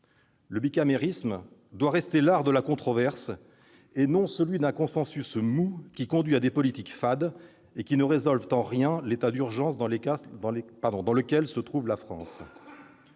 Le bicamérisme doit rester l'art de la controverse et non celui d'un consensus mou qui conduit à des politiques fades et qui ne résolvent en rien l'état d'urgence dans lequel se trouve la France.